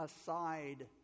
aside